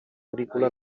agrícola